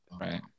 Right